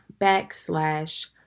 backslash